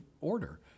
order